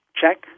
check